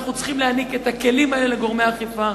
אנחנו צריכים להעניק את הכלים האלה לגורמי האכיפה.